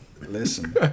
Listen